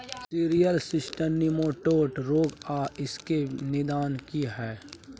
Cereal system nematode रोग आर इसके निदान की हय?